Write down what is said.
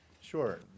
Sure